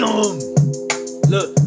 Look